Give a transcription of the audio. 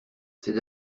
c’est